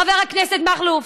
חבר הכנסת מכלוף?